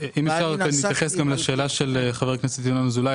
אם אפשר רק להתייחס גם לשאלה של חבר הכנסת ינון אזולאי,